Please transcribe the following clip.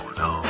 no